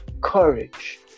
courage